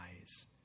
eyes